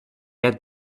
had